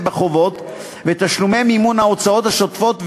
בחובות ותשלומי מימון ההוצאות השוטפות,